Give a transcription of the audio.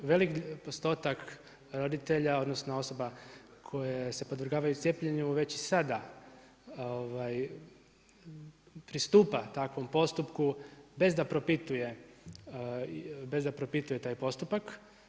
Velik postotak roditelja, odnosno osoba koje se podvrgavaju cijepljenju već i sada pristupa takvom postupku bez da propituje taj postupak.